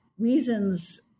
reasons